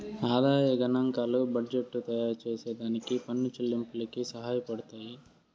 ఆదాయ గనాంకాలు బడ్జెట్టు తయారుచేసే దానికి పన్ను చెల్లింపులకి సహాయపడతయ్యి